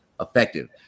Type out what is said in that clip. effective